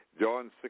John